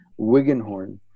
Wiggenhorn